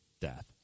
death